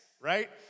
right